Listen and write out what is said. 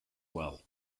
well